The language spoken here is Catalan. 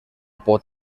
pot